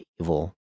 evil